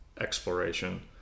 exploration